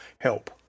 help